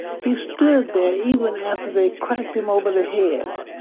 he stood there even after they cracked him over the head.